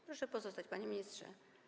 Proszę pozostać, panie ministrze.